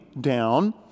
down